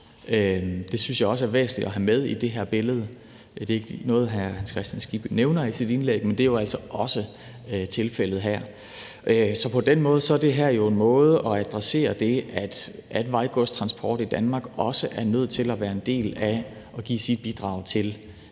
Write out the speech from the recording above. Det synes jeg også er væsentligt at have med i det her billede. Det er ikke noget, hr. Hans Kristian Skibby nævner i sit indlæg, men det er jo altså også tilfældet her. På den måde er det her jo en måde at adressere det, at vejgodstransport i Danmark også er nødt til at give sin del af bidraget til,